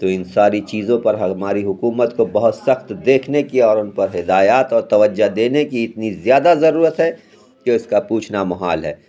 تو اِن ساری چیزوں پر ہماری حكومت کو بہت سخت دیكھنے كی اور اُن پر ہدایات اور توجہ دینے کی اتنی زیادہ ضرورت ہے كہ اُس كا پوچھنا محال ہے